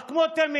אך כמו תמיד